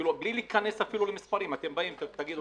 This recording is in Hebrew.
אפילו בלי להיכנס למספרים תגידו,